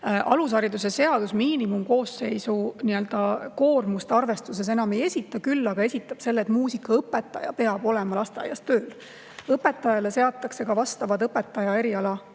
Alusharidusseadus miinimumkoosseisu nii-öelda koormuste arvestuses enam ei esita, küll aga esitab [nõude], et muusikaõpetaja peab olema lasteaias tööl. Õpetajale seatakse ka vastavad õpetaja eriala